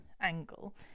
angle